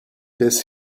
des